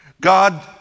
God